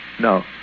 No